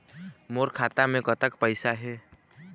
मोर खाता मे कतक पैसा हे?